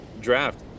draft